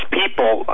people